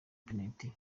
penaliti